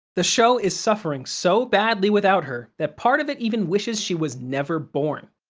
the show is suffering so badly without her that part of it even wishes she was never born.